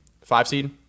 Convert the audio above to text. five-seed